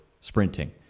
sprinting